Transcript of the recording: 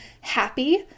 happy